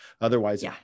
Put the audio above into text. otherwise